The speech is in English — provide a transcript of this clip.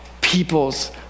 people's